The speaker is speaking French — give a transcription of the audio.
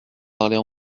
parler